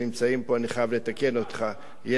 אני חייב לתקן אותך, שבעה.